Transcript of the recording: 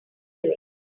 away